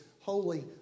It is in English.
holy